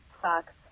sucks